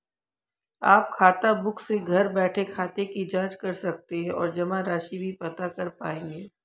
आप खाताबुक से घर बैठे खाते की जांच कर सकते हैं और जमा राशि भी पता कर पाएंगे